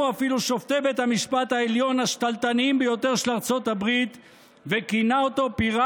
אפילו שופטי בית המשפט העליון השתלטניים ביותר של ארצות הברית,